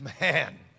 Man